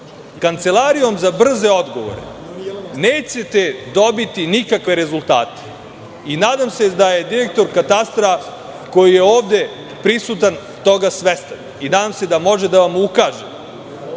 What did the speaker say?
usaglase. Kancelarijom za brze odgovore nećete dobiti nikakve rezultate. Nadam se da je direktor katastra, koji je ovde prisutan, toga svestan i nadam se da može da vam ukaže